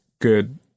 good